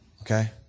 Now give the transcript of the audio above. Okay